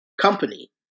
company